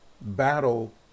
battle